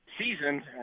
seasoned